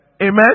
Amen